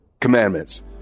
commandments